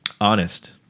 honest